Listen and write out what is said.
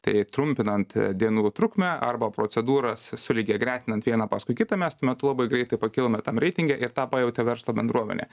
tai trumpinant dienų trukmę arba procedūras sulygiagretinant vieną paskui kitą mes tuo metu labai greitai pakilome tam reitinge ir tą pajautė verslo bendruomenė